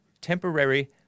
temporary